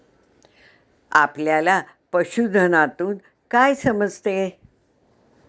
आपल्याला पशुधनातून काय समजते?